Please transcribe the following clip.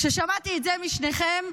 כששמעתי את זה משניכם,